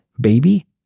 baby